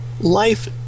Life